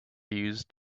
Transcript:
used